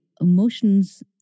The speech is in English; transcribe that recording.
emotions